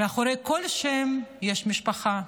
מאחורי כל שם יש משפחה,